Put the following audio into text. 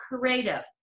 creative